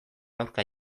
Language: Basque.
aurka